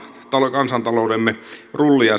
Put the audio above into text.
kansantaloutemme rullia